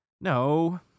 No